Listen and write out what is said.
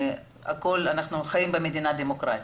אנחנו חיים במדינה דמוקרטית.